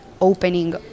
opening